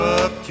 up